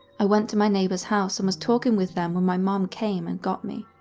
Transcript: i went to my neighbour's house and was talking with them when my mom came and got me.